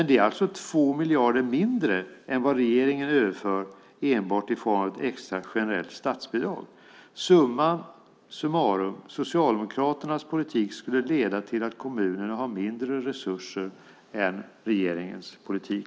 Det är alltså 2 miljarder mindre än vad regeringen överför enbart i form av ett extra generellt statsbidrag. Summa summarum skulle Socialdemokraternas politik leda till att kommunerna har mindre resurser än de har med regeringens politik.